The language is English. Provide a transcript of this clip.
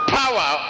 power